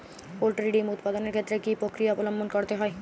Poultry ডিম উৎপাদনের ক্ষেত্রে কি পক্রিয়া অবলম্বন করতে হয়?